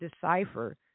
decipher